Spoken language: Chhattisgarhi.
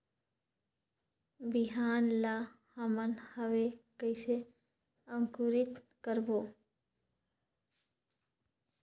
बिहान ला हमन हवे कइसे अंकुरित करबो?